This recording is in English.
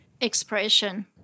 expression